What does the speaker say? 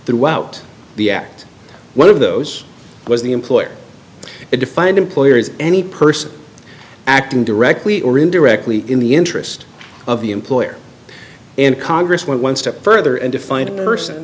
throughout the act one of those was the employer it defined employers any person acting directly or indirectly in the interest of the employer and congress went one step further in defining the person